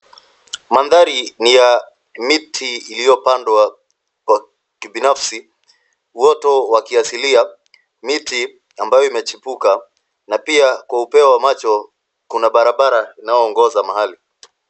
Mandhari ni ya miti iliyopandwa kwa kibinafsi uoto wa kiasilia miti ambayo imechipuka pia kwa upeo wa macho kuna barabara inayoongoza mahali.